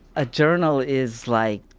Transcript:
a journal is like,